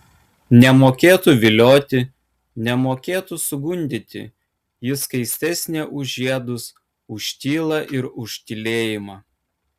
nemokėtų vilioti nemokėtų sugundyti ji skaistesnė už žiedus už tylą ir už tylėjimą